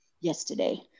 yesterday